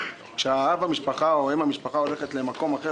אבל כשאב המשפחה או אם המשפחה הולכים למקום אחר,